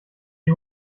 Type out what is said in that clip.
die